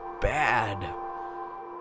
bad